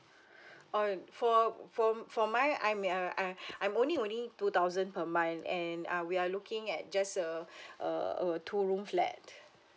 err for for for mine I may uh uh I'm earning only only two thousand per month and uh we are looking at just a a a two room flat